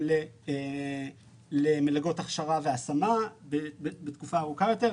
חברת הכנסת גם למלגות הכשרה והשמה לתקופה ארוכה יותר,